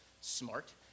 smart